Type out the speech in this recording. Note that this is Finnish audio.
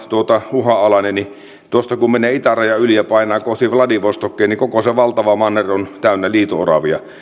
uhanalainen niin tuosta kun menee itärajan yli ja painaa kohti vladivostokia niin koko se valtava manner on täynnä liito oravia